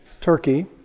Turkey